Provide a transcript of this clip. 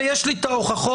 ויש לי את ההוכחות,